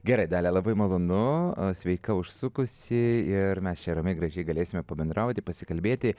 gerai dalia labai malonu sveika užsukusi ir mes čia ramiai gražiai galėsime pabendrauti pasikalbėti